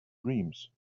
dreams